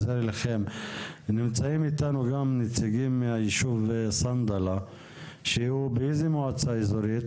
נמצאים איתנו גם נציגים מהישוב צנדלה שהוא במועצה אזורית